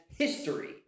history